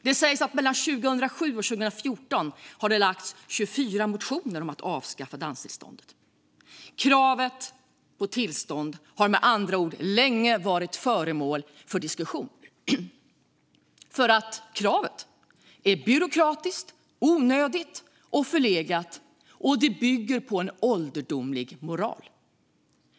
Det sägs att 2007-2014 lades det fram 24 motioner om att avskaffa danstillståndet. Kravet på tillstånd har med andra ord länge varit föremål för diskussion. Kravet är byråkratiskt, onödigt och förlegat, och det bygger på ålderdomlig moral.